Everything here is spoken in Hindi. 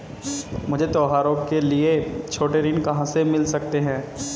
मुझे त्योहारों के लिए छोटे ऋण कहां से मिल सकते हैं?